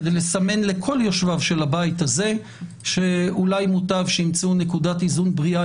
כדי לסמן לכל יושביו של הבית הזה שאולי מוטב שימצאו נקודת איזון בריאה